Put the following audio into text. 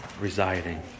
residing